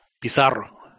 Pizarro